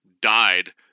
died